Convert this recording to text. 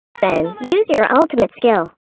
then, use your ultimate skill.